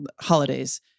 holidays